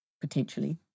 potentially